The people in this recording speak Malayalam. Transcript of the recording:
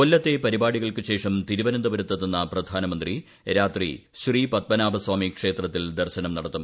കൊല്ലത്തെ പരിപാടികൾക്കുശേഷം തിരുവനന്തപുര ത്തെത്തുന്ന പ്രധാനമന്ത്രി രാത്രി ശ്രീപത്മനാഭ സ്വാമി ക്ഷേത്രത്തിൽ ദർശനം നടത്തും